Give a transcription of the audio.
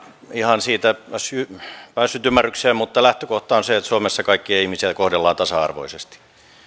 ihan siitä päässyt ymmärrykseen mutta lähtökohta on se että suomessa kaikkia ihmisiä kohdellaan tasa arvoisesti